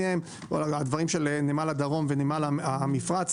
על דברים של נמל הדרום ונמל חיפה,